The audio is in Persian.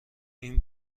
این